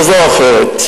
כזאת או אחרת,